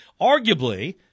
Arguably